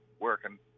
working